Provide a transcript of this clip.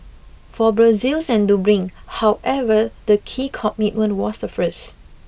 for Brussels and Dublin however the key commitment was the first